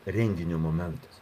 renginio momentas